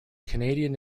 canadian